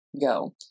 go